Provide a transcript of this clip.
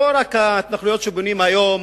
לא רק ההתנחלויות שבונים היום,